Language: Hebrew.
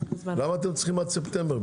למה אתם צריכים זמן עד ספטמבר?